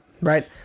Right